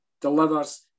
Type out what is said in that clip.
delivers